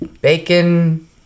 bacon